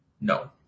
No